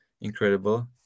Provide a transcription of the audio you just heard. incredible